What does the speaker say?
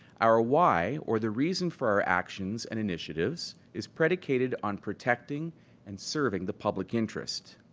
our why or the reason for our actions and initiatives is predicated on protecting and serving the public interest.